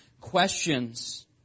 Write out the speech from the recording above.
questions